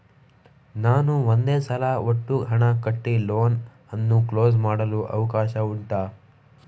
ನಾನು ಒಂದೇ ಸಲ ಒಟ್ಟು ಹಣ ಕಟ್ಟಿ ಲೋನ್ ಅನ್ನು ಕ್ಲೋಸ್ ಮಾಡಲು ಅವಕಾಶ ಉಂಟಾ